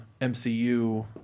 MCU